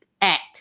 act